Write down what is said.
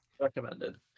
recommended